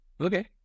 Okay